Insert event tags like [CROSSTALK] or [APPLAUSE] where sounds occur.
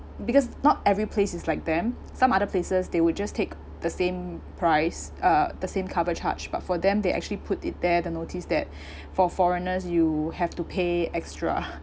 because not every place is like them some other places they would just take the same price uh the same cover charge but for them they actually put it there the notice that [BREATH] for foreigners you have to pay extra [LAUGHS]